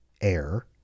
air